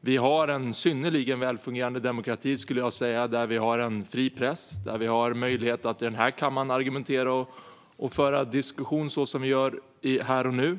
Jag skulle säga att vi har en synnerligen välfungerande demokrati med en fri press och möjlighet att i den här kammaren argumentera och föra diskussion på det sätt vi gör här och nu.